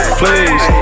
please